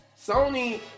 Sony